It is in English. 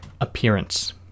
appearance